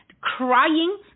crying